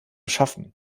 schaffen